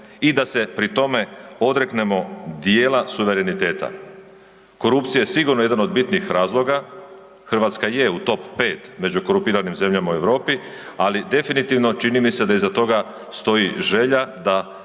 i da se pri tome odreknemo dijela suvereniteta. Korupcija je sigurno jedan od bitnih razloga, Hrvatska je u top 5 među korumpiranih zemljama u Europi, ali definitivno, čini mi se da iza toga stoji želja da